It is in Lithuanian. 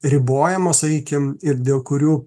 ribojamos sakykim ir dėl kurių